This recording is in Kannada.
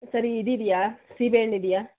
ಸರಿ ಇದು ಇದೆಯಾ ಸೀಬೆ ಹಣ್ ಇದೆಯಾ